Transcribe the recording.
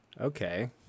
Okay